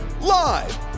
Live